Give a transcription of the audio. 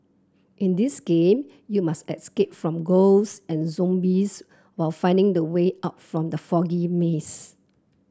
in this game you must escape from ghosts and zombies while finding the way out from the foggy maze